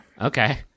Okay